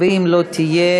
ואם לא תהיה,